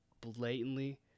blatantly